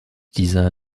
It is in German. dieser